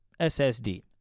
SSD